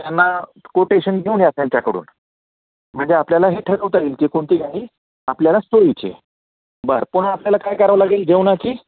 त्यांना कोटेशन घेऊन या त्यांच्याकडून म्हणजे आपल्याला हे ठरवता येईल की कोणती गाडी आपल्याला सोयीची आहे बरं पुन्हा आपल्याला काय करावं लागेल जेवणाची